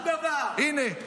הינה.